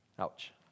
Ouch